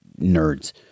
nerds